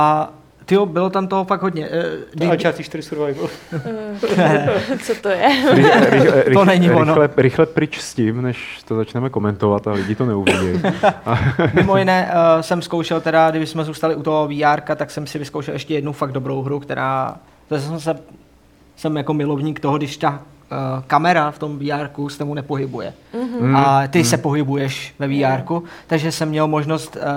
A, tyjo, bylo tam toho fakt hodně. E, To když- Uncharted 4 survival. Mm, Ne. co to je? Rychle- rychle- To rychle- není ono. rychle- rychle pryč s tím, než to začneme komentovat a lidi to neuvidějí. Mimo jiné, e, jsem zkoušel teda, kdyby jsme zůstali u toho VRka, tak jsem si vyzkoušel ještě jednu fakt dobrou hru, která- to jsem se- jsem jako milovník toho, když ta, e, kamera v tom VRku se tomu nepohybuje. Mhm. Mm. A ty se Mm. pohybuješ ve VRku, Jasně. takže jsem měl možnost,